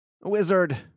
wizard